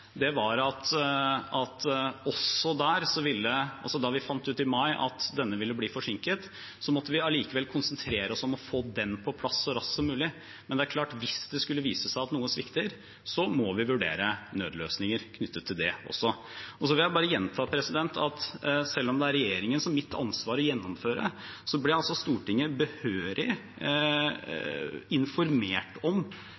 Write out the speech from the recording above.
fant ut at ordningen ville bli forsinket, måtte vi likevel konsentrere oss om å få den på plass så raskt som mulig. Men det er klart at hvis det skulle vise seg at noe svikter, må vi vurdere nødløsninger knyttet til det også. Jeg vil bare gjenta at selv om det er regjeringens og mitt ansvar å gjennomføre, ble altså Stortinget behørig informert – bl.a. gjennom formuleringen om